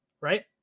right